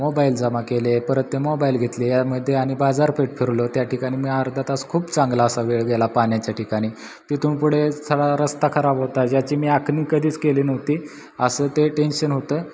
mobile जमा केले परत ते मोबाईल घेतले यामध्ये आणि बाजारपेठ फिरलो त्या ठिकाणी मी अर्धा तास खूप चांगला असा वेळ गेला पाण्याच्या ठिकाणी तिथून पुढे थोडा रस्ता खराब होता ज्याची मी आखणी कधीच केली नव्हती असं ते टेन्शन होतं